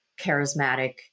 charismatic